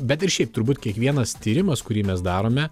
bet ir šiaip turbūt kiekvienas tyrimas kurį mes darome